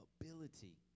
ability